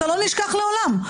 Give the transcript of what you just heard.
אתה לא נשכח לעולם,